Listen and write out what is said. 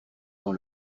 dans